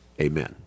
Amen